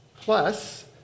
plus